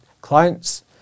clients